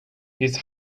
his